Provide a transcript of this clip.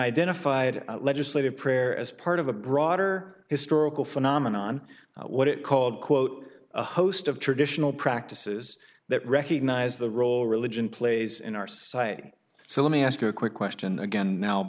identified legislative prayer as part of a broader historical phenomenon what it called quote a host of traditional practices that recognize the role religion plays in our society so let me ask you a quick question again now